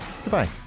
Goodbye